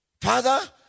Father